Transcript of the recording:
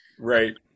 Right